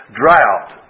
drought